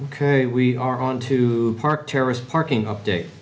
ok we are on to park terrorist parking update